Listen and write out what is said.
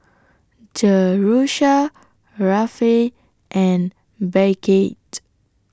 Jerusha Rafe and Beckett